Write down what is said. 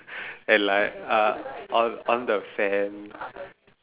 and like uh on on the fan